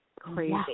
Crazy